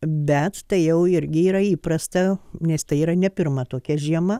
bet tai jau irgi yra įprasta nes tai yra ne pirma tokia žiema